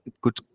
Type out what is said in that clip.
good